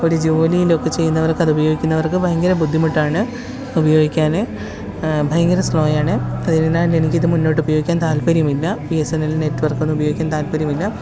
ഒരു ജോലിയിലൊക്കെ ചെയ്യുന്നവര്ക്കും അതുപയോഗിക്കുന്നവര്ക്ക് ഭയങ്കര ബുദ്ധിമുട്ടാണ് ഉപയോഗിക്കാൻ ഭയങ്കര സ്ലോയാണ് ആയതിനാല് എനിക്കിത് മുന്നോട്ടുപയോഗിക്കാന് താല്പ്പര്യമില്ല ബി എസ് എൻ എൽ നെറ്റ്വര്ക്കൊന്നുമുപയോഗിക്കാന് താല്പ്പര്യമില്ല